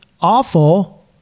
awful